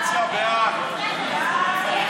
הצעת הוועדה המסדרת בדבר